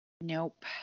Nope